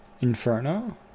Inferno